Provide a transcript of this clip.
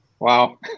Wow